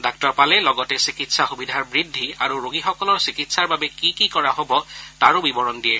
ডাঃ পালে লগতে চিকিৎসা সুবিধাৰ বৃদ্ধি আৰু ৰোগীসকলৰ চিকিৎসাৰ বাবে কি কি কৰা হব তাৰো বিৱৰণ দিয়ে